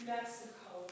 Mexico